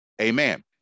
Amen